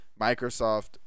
Microsoft